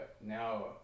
now